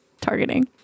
targeting